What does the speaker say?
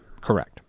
Correct